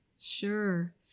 Sure